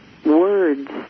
Words